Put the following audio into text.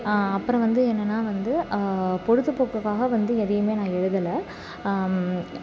அப்புறம் வந்து என்னன்னால் வந்து பொழுதுப்போக்குக்காக வந்து எதையுமே நான் எழுதலை